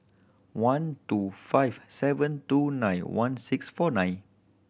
one two five seven two nine one six four nine